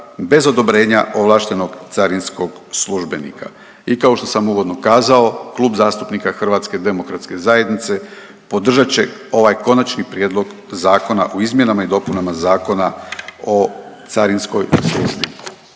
bez odobrenja ovlaštenog carinskog službenika. I kao što sam uvodno kazao, Klub zastupnika HDZ-a podržat će ovaj Konačni prijedlog zakona o izmjenama i dopunama Zakona o carinskoj službi,